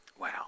Wow